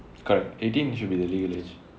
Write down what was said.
correct eighteen should be the legal age